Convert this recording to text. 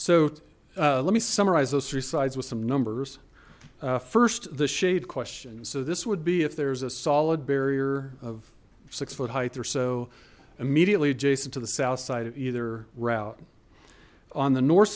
so let me summarize those three slides with some numbers first the shade question so this would be if there's a solid barrier of six foot heights or so immediately adjacent to the south side of either route on the north